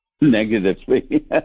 Negatively